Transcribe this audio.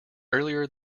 early